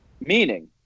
Meaning